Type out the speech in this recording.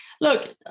look